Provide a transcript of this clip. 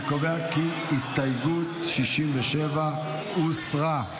אני קובע כי הסתייגות 67 הוסרה.